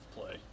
play